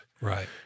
Right